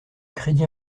crédit